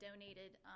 donated